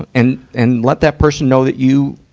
ah and, and let that person know that you,